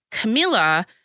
Camilla